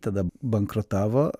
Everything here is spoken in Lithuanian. tada bankrotavo